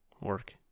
work